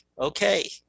Okay